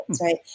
right